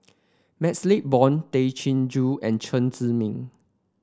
MaxLe Blond Tay Chin Joo and Chen Zhiming